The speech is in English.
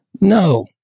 No